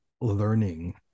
learning